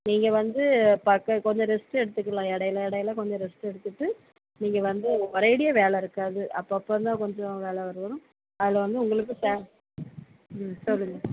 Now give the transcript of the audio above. நீங்கள் வந்து பக்க கொஞ்சம் ரெஸ்ட்டும் எடுத்துக்கலாம் இடையில இடையில கொஞ்சம் ரெஸ்ட் எடுத்துகிட்டு நீங்கள் வந்து ஒரேடியாக வேலை இருக்காது அப்போ அப்போதான் கொஞ்சம் வேலை வரும் அதில் வந்து உங்களுக்கு ச ம் சொல்லுங்கள்